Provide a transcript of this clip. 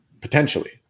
potentially